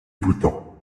bhoutan